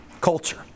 culture